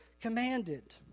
commanded